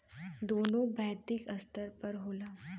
दोनों वैश्विक स्तर पर होला